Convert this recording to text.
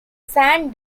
san